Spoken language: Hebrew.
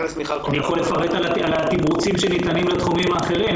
אני יכול לפרט על התמרוצים שניתנים לתחומים האחרים,